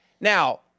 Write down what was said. Now